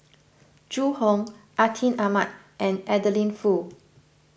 Zhu Hong Atin Amat and Adeline Foo